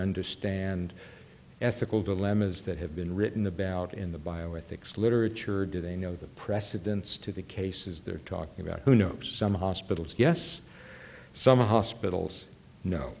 understand ethical dilemmas that have been written about in the bioethics literature or do they know the precedence to the cases they're talking about who knows some hospitals yes some hospitals no